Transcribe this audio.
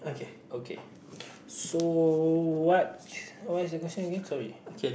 okay so what what's the question again sorry